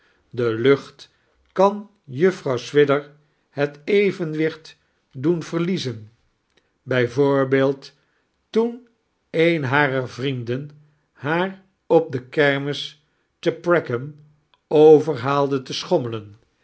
de lucht kan juffrouw swidger het evenwicht doen verliezen b v toen een harer vrienden haar op de kermis te peckham overhaalde te schommelen